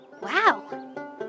Wow